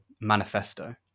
manifesto